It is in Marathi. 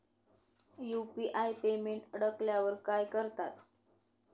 यु.पी.आय पेमेंट अडकल्यावर काय करतात?